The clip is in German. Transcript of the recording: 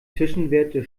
zwischenwerte